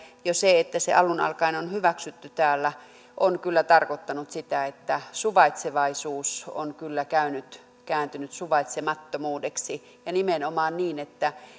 jo se että se alun alkaen on hyväksytty täällä on kyllä tarkoittanut sitä että suvaitsevaisuus on kyllä kääntynyt suvaitsemattomuudeksi ja nimenomaan niin että